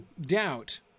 doubt